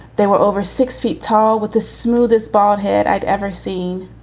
there were over six feet tall with the smoothest baldhead i'd ever seen.